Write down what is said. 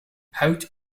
hout